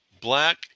black